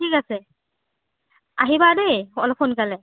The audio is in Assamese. ঠিক আছে আহিবা দেই অলপ সোনকালে